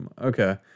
Okay